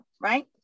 right